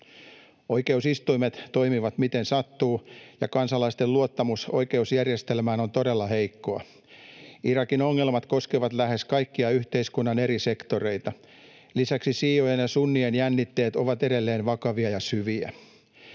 Oikeusistuimet toimivat miten sattuu, ja kansalaisten luottamus oikeusjärjestelmään on todella heikkoa. Irakin ongelmat koskevat lähes kaikkia yhteiskunnan eri sektoreita. Lisäksi šiiojen ja sunnien jännitteet ovat edelleen vakavia ja syviä.